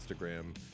Instagram